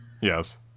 Yes